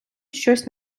щось